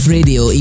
Radio